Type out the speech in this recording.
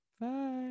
Bye